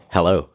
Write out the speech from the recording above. Hello